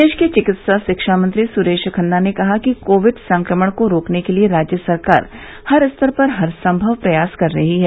प्रदेश के चिकित्सा शिक्षा मंत्री सुरेश खन्ना ने कहा है कि कोविड संक्रमण को रोकने के लिये राज्य सरकार हर स्तर पर हरसंभव प्रयास कर रही है